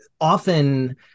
often